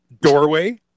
doorway